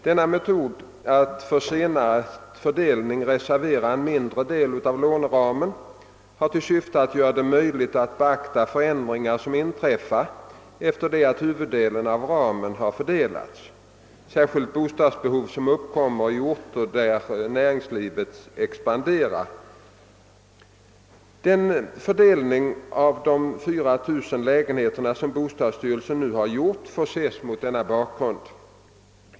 Denna metod att för senare fördelning reservera en mindre del av låneramen har till syfte att göra det möjligt att beakta förändringar som inträffar efter det att huvuddelen av ramen har fördelats, särskilt bostadsbehov som uppkommer i orter där näringslivet expanderar. Den fördelning av de 4 000 lägenheterna som bostadsstyrelsen nu har gjort får ses mot denna bakgrund.